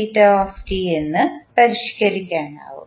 എന്ന് പരിഷ്കരിക്കാനാകും